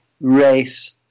race